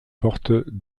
porte